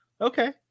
okay